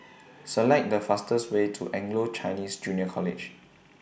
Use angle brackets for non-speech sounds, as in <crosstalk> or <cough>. <noise> Select The fastest Way to Anglo Chinese Junior College